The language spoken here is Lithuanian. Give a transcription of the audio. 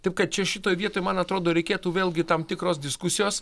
taip kad čia šitoj vietoj man atrodo reikėtų vėlgi tam tikros diskusijos